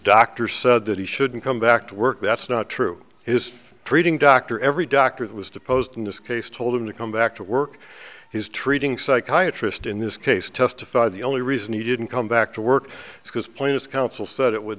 doctor said that he shouldn't come back to work that's not true his treating doctor every doctor that was deposed in this case told him to come back to work he's treating psychiatrist in this case testified the only reason he didn't come back to work is because players council said it would